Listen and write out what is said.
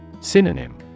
Synonym